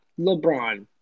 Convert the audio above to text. LeBron